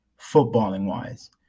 footballing-wise